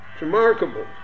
remarkable